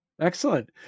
excellent